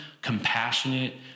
compassionate